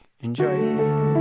enjoy